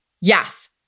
Yes